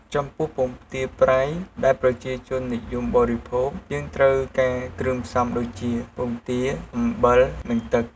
ចំពោះពងទាប្រៃ ដែលប្រជាជននិយមបរិភោគ យើងត្រូវការគ្រឿងផ្សំដូចជា ពងទា អំបិល និងទឹក។